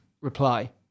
reply